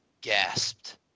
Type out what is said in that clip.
Gasped